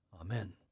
Amen